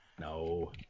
No